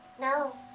No